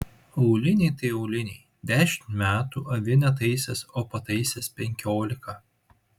auliniai tai auliniai dešimt metų avi netaisęs o pataisęs penkiolika